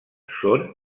són